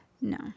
No